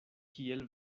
kiel